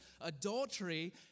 adultery